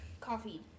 coffee